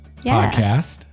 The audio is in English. podcast